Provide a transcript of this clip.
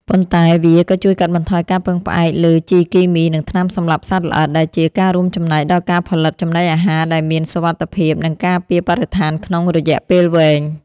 ប៉ុន្តែវាក៏ជួយកាត់បន្ថយការពឹងផ្អែកលើជីគីមី និងថ្នាំសម្លាប់សត្វល្អិត ដែលជាការរួមចំណែកដល់ការផលិតចំណីអាហារដែលមានសុវត្ថិភាព និងការពារបរិស្ថានក្នុងរយៈពេលវែង។